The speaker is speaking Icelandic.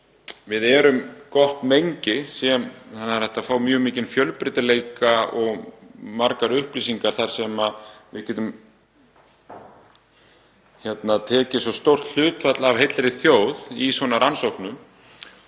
Við erum gott mengi, það er hægt að fá mjög mikinn fjölbreytileika og margar upplýsingar þar sem við getum tekið svo stórt hlutfall af heilli þjóð í rannsóknum